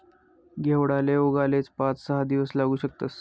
घेवडाले उगाले पाच सहा दिवस लागू शकतस